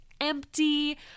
empty